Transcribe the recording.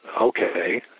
okay